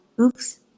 oops